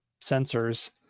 sensors